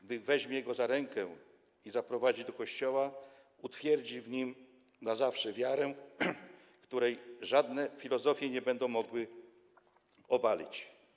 Gdy weźmie go za rękę i zaprowadzi do kościoła, utwierdzi w nim na zawsze wiarę, której żadne filozofie nie będą mogły obalić.